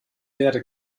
werde